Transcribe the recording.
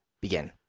Begin